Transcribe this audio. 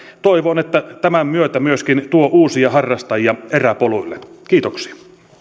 toivon että tämän myötä myöskin tulee uusia harrastajia eräpoluille kiitoksia